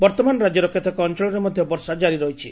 ବର୍ଉମାନ ରାକ୍ୟର କେତେକ ଅଞ୍ଞଳରେ ମଧ ବର୍ଷା ଜାରି ରହିଛି